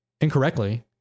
incorrectly